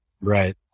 Right